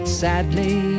sadly